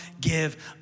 give